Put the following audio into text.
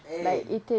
eh